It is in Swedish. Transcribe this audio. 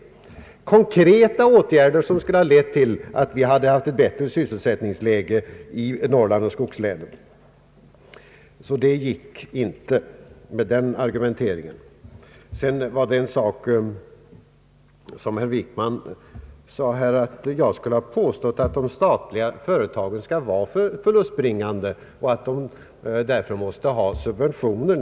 Det gällde konkreta åtgärder som skulle ha lett till ett bättre 'sysselsättningsläge i Norrland och skogslänen. Det gick alltså inte med den argumenteringen. Herr Wickman sade något om att jag påstått att de statliga företagen skall vara förlustbringande och att de därför måste få subventioner.